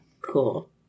Cool